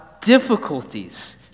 difficulties